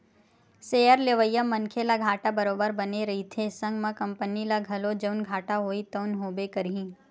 share लेवइया मनखे ल घाटा बरोबर बने रहिथे संग म कंपनी ल घलो जउन घाटा होही तउन होबे करही